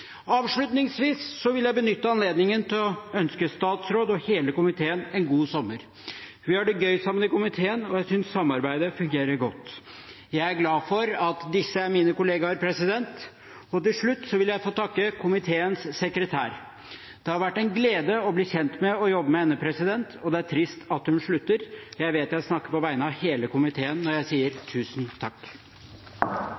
Avslutningsvis vil jeg benytte anledningen til å ønske statsråden og hele komiteen en god sommer. Vi har det gøy sammen i komiteen, og jeg synes samarbeidet fungerer godt. Jeg er glad for at disse er mine kollegaer. Til slutt vil jeg takke komiteens sekretær. Det har vært en glede å bli med kjent med og jobbe med henne, og det er trist at hun slutter. Jeg vet jeg snakker på vegne av hele komiteen når jeg sier: